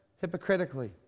hypocritically